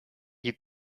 you